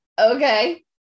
okay